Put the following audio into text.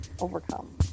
overcome